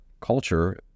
culture